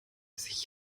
sich